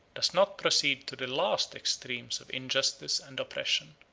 does not proceed to the last extremes of injustice and oppression.